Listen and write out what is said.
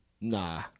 Nah